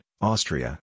Austria